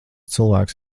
cilvēks